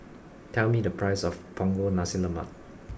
tell me the price of Punggol Nasi Lemak